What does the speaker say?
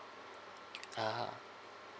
ah